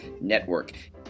Network